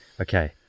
Okay